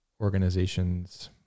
organizations